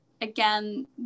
again